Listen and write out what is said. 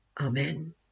amen